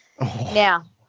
Now